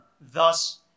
thus